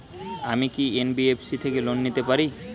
আমি কি এন.বি.এফ.সি থেকে লোন নিতে পারি?